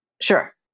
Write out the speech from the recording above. sure